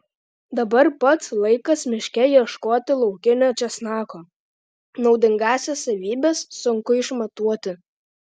dabar pats laikas miške ieškoti laukinio česnako naudingąsias savybes sunku išmatuoti